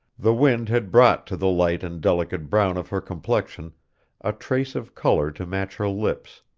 the wind had brought to the light and delicate brown of her complexion a trace of color to match her lips,